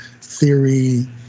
theory